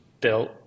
built